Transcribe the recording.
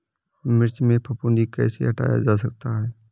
मिर्च में फफूंदी कैसे हटाया जा सकता है?